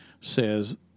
says